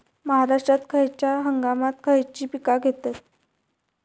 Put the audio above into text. महाराष्ट्रात खयच्या हंगामांत खयची पीका घेतत?